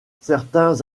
certains